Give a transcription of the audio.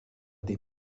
des